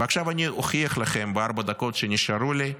ועכשיו אני אוכיח לכם בארבע הדקות שנשארו לי,